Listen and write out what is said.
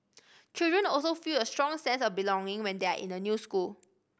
children also feel a strong sense of belonging when they are in a new school